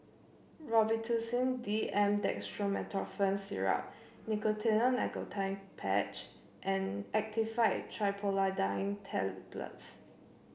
Robitussin D M Dextromethorphan Syrup Nicotinell Nicotine Patch and Actifed Triprolidine Tablets